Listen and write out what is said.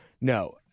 no